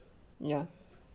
ya